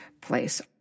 place